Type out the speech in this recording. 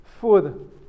food